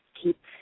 keep